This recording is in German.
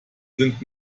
sind